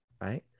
right